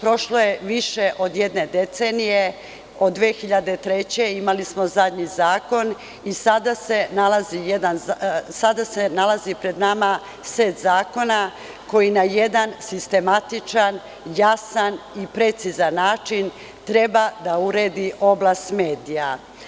Prošlo je više od jedne decenije, od 2003. godine imali smo zadnji zakon, i sada se nalazi pred nama set zakona koji na jedan sistematičan, jasan i precizan način treba da uredi oblast medija.